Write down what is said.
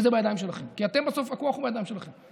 וזה בידיים שלכם, כי בסוף הכוח הוא בידיים שלכם.